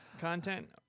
content